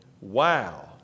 wow